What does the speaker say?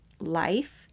life